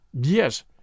Yes